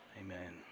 Amen